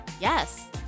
yes